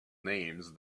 names